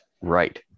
Right